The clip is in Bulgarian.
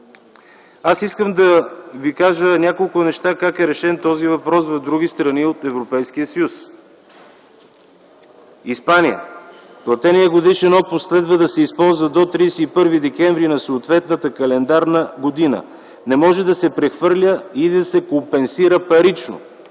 Искам да ви кажа как е решен този въпрос в други страни от Европейския съюз. Испания – платеният годишен отпуск следва да се използва до 31 декември на съответната календарна година, не може да се прехвърля или да се компенсира парично.